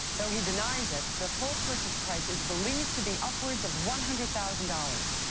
though he denies it, the full purchase price is believed to be upwards of one hundred thousand dollars.